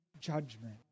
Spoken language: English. judgment